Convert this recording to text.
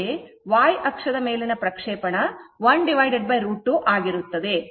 ಅಂತೆಯೇ y ಅಕ್ಷದ ಪ್ರಕ್ಷೇಪಣ 1 √ 2 ಆಗಿರುತ್ತದೆ